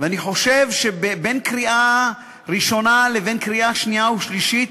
ואני חושב שבין הקריאה הראשונה לבין הקריאה השנייה והשלישית,